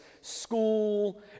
school